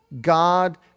God